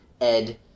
Ed